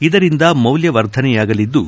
ಇದರಿಂದ ಮೌಲ್ನ ವರ್ಧನೆಯಾಗಲಿದ್ದು